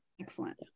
Excellent